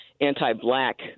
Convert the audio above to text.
anti-black